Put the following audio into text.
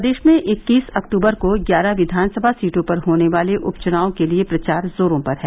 प्रदेश में इक्कीस अक्तूबर को ग्यारह विधानसभा सीटों पर होने वाले उपचुनाव के लिए प्रचार जोरों पर है